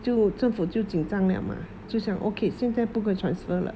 就政府就紧张了 mah 就想 okay 现在不可以 transfer 了